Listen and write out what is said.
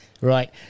Right